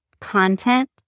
content